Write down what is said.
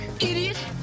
idiot